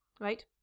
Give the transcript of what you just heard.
right